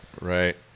right